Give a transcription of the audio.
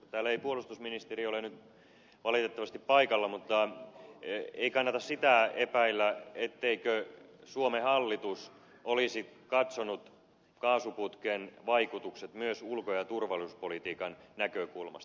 täällä ei puolustusministeri ole nyt valitettavasti paikalla mutta ei kannata sitä epäillä etteikö suomen hallitus olisi katsonut kaasuputken vaikutuksia myös ulko ja turvallisuuspolitiikan näkökulmasta